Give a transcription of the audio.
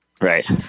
Right